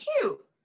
cute